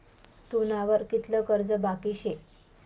तुना वर कितलं कर्ज बाकी शे